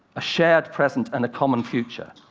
a shared present and a common future.